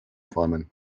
formen